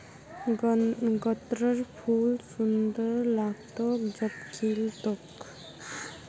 गत्त्रर फूल सुंदर लाग्तोक जब खिल तोक